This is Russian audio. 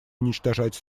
уничтожать